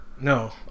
No